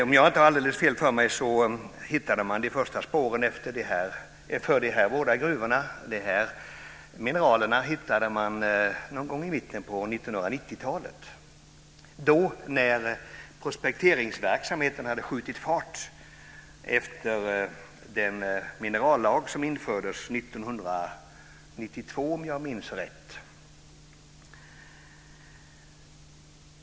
Om jag inte har alldeles fel hittade man de första spåren till de här båda gruvorna i mitten av 1990-talet, när prospekteringsverksamheten hade skjutit fart efter den minerallag som infördes 1992, om jag minns rätt.